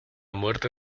muerte